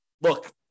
look